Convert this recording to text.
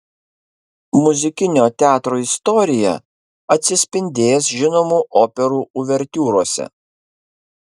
muzikinio teatro istorija atsispindės žinomų operų uvertiūrose